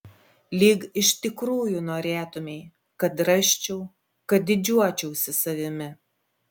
lyg iš tikrųjų norėtumei kad rasčiau kad didžiuočiausi savimi